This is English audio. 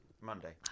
Monday